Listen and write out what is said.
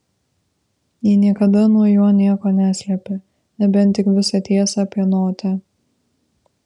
ji niekada nuo jo nieko neslėpė nebent tik visą tiesą apie notę